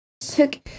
took